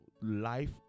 life